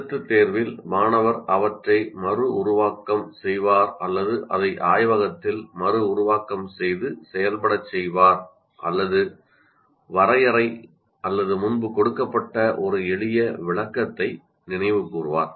எழுத்துத் தேர்வில் மாணவர் அவற்றை மறு உருவாக்கம் செய்வார் அல்லது அதை ஆய்வகத்தில் மறு உருவாக்கம் செய்து செயல்படச் செய்வார் அல்லது வரையறை அல்லது முன்பு கொடுக்கப்பட்ட ஒரு எளிய விளக்கத்தை நினைவு கூர்வார்